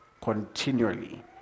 continually